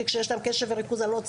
כי כשיש להם קשב וריכוז אני לא צריכה,